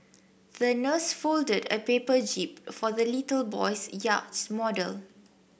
the nurse folded a paper jib for the little boy's yacht model